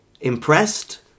Impressed